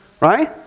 Right